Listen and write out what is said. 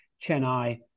Chennai